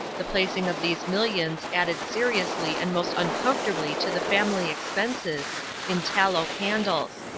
the placing of these millions added seriously and most uncomfortably to the family expenses in tallow candles.